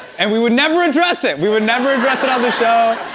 and we would never address it! we would never address it on the show.